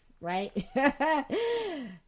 right